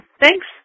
thanks